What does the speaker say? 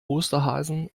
osterhasen